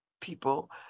people